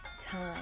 time